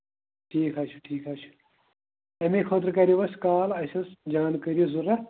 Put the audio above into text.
ٹھیٖک حظ چھُ ٹھیٖک حظ چھُ اَمے خٲطرٕ کَریو اَسہِ کال اَسہِ ٲس زانٛکٲری ضروٗرت